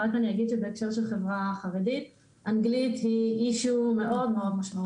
רק אגיד שבהקשר של החברה החרדית אנגלית היא אישיו מאוד משמעותי.